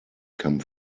come